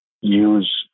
use